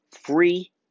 free